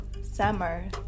summer